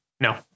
No